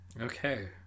Okay